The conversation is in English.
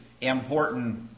important